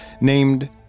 named